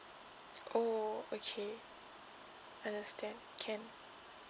oh okay understand can